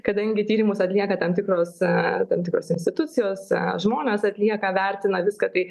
kadangi tyrimus atlieka tam tikros tam tikros institucijos žmonės atlieka vertina viską tai